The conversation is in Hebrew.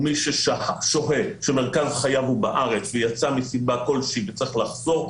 הוא מי שמרכז חייו הוא בארץ ויצא מסיבה כלשהי וצריך לחזור,